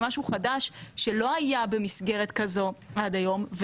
משהו חדש שלא היה במסגרת כזו עד היום,